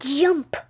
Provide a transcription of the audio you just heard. jump